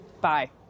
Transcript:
Bye